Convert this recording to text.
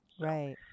Right